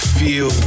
feel